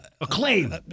Acclaim